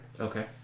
Okay